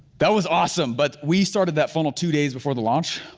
that was awesome, but we started that funnel, two days before the launch.